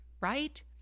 right